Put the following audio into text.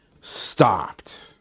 stopped